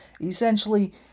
Essentially